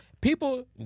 People